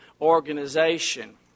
organization